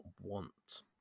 want